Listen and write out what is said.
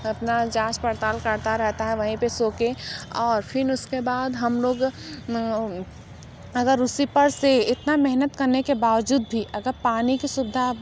अपना जाँच पड़ताल करता रहता है वहीं पर सो के और फिन उसके बाद हम लोग अगर उसी पर से इतना मेहनत करने के बावजूद भी अगर पानी की सुविधा